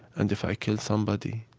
and if i kill somebody,